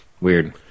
Weird